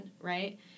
right